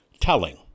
telling